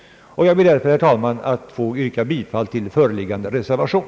Jag ber därför, herr talman, att få yrka bifall till föreliggande reservation.